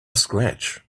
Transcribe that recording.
scratch